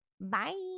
Bye